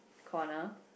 corner